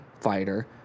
fighter